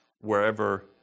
wherever